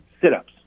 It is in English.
sit-ups